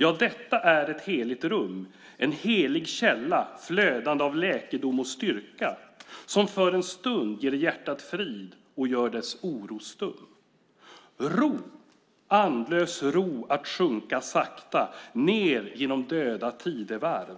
Ja - detta är ett heligt rum, en helig källa, flödande av läkedom och styrka, som för en stund ger hjärtat frid och gör dess oro stum. Ro, andlös ro - att sjunka sakta ner genom döda tidevarv